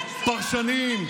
פרשנים,